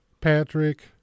Patrick